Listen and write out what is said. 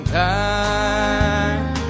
time